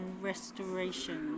restoration